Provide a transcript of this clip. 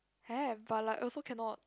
have but like also cannot